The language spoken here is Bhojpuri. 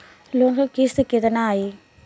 लोन क किस्त कितना आई?